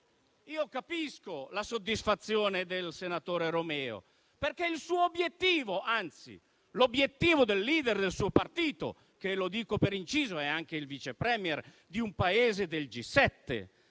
Capisco la soddisfazione del senatore Romeo, perché questo è il suo obiettivo, anzi è l'obiettivo del *leader* del suo partito, che - lo dico per inciso - è anche il vice *Premier* di un Paese del G7,